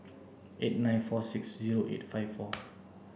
eight nine four six zero eight five four